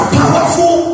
powerful